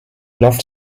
loft